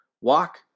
Walk